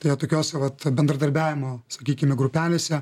tai va tokiose vat bendradarbiavimo sakykime grupelėse